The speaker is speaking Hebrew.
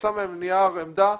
יצא מהם נייר עמדה.